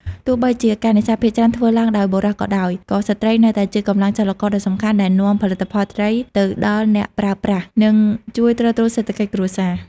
ទោះបីជាការនេសាទភាគច្រើនធ្វើឡើងដោយបុរសក៏ដោយ ក៏ស្ត្រីនៅតែជាកម្លាំងចលករដ៏សំខាន់ដែលនាំផលិតផលត្រីទៅដល់អ្នកប្រើប្រាស់ និងជួយទ្រទ្រង់សេដ្ឋកិច្ចគ្រួសារ។